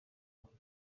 n’uko